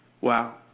Wow